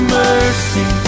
mercy